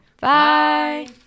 Bye